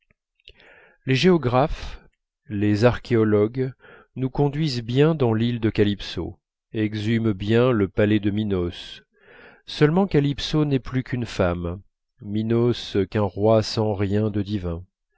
les géographes les archéologues nous conduisent bien dans l'île de calypso exhument bien le palais de minos seulement calypso n'est plus qu'une femme minos qu'un roi sans rien de divin